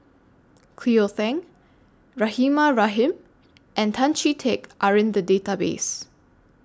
Cleo Thang Rahimah Rahim and Tan Chee Teck Are in The Database